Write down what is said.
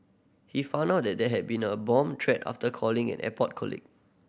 he found out that there had been a bomb threat after calling an airport colleague